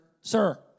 Sir